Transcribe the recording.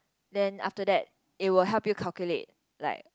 then after that it will help you calculate like